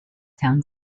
town